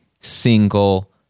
single